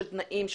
של תנאים,